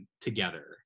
together